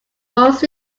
most